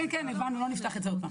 כן, הבנו, לא נפתח את זה שוב.